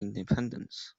independence